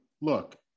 look